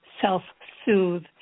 self-soothe